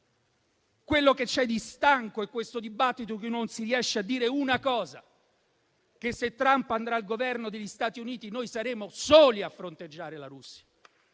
Quello che c'è di stanco è questo dibattito, in cui non si riesce a dire una cosa: se Trump andrà al Governo degli Stati Uniti, noi saremo soli a fronteggiare la Russia.